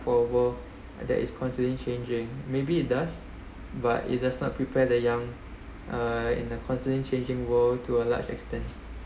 for a world that is constantly changing maybe it does but it does not prepare the young uh in the constantly changing world to a large extent